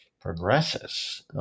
progresses